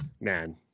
man